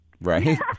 right